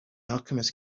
alchemist